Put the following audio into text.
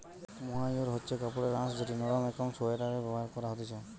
mohair হচ্ছে কাপড়ের আঁশ যেটি নরম একং সোয়াটারে ব্যবহার করা হতিছে